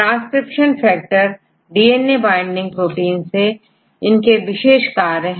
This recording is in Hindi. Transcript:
transcription factor DNA binding protein से इनके विशेष कार्य हैं